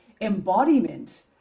embodiment